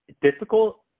difficult